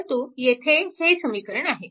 परंतु येथे हे समीकरण आहे